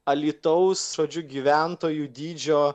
alytaus žodžiu gyventojų dydžio